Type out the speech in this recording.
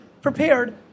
prepared